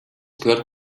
gehört